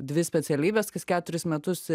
dvi specialybės kas keturis metus